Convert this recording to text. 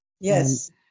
yes